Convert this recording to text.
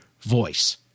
voice